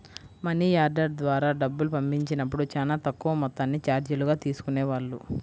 money order ద్వారా డబ్బులు పంపించినప్పుడు చానా తక్కువ మొత్తాన్ని చార్జీలుగా తీసుకునేవాళ్ళు